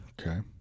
Okay